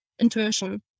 intuition